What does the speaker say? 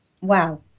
Wow